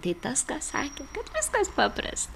tai tas ką sakė kad viskas papras